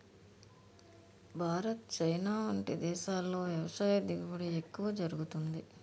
Bharat, China వంటి దేశాల్లో వ్యవసాయ దిగుబడి ఎక్కువ జరుగుతుంది